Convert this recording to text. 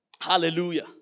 Hallelujah